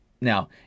Now